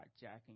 jacking